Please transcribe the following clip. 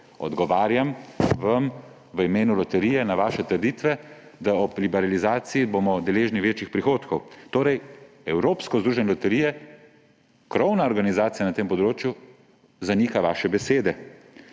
Odgovarjam vam v imenu loterije na vaše trditve, da ob liberalizaciji bomo deležni večjih prihodkov. Torej evropsko združenje loterij, krovna organizacija na tem področju, zanika vaše besede.